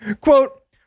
Quote